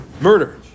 murder